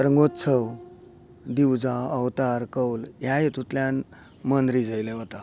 तरंगोत्सव दिवजां अवतार कौल ह्या हेतूंतल्यान मन रिजयले वता